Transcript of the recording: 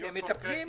להיות קונקרטי.